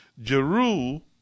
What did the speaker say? Jeru